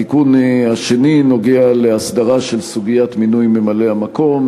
התיקון השני נוגע להסדרה של סוגיית מינוי ממלאי-המקום,